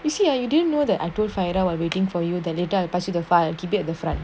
is you or you didn't know that I don't find firearm while waiting for you the later budget the fire keep it at the front